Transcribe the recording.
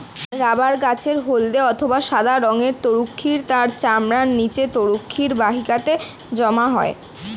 rubber গাছের হল্দে অথবা সাদা রঙের তরুক্ষীর তার চামড়ার নিচে তরুক্ষীর বাহিকাতে জমা হয়